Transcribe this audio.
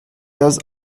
does